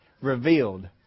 revealed